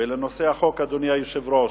לנושא החוק, אדוני היושב-ראש,